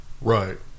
Right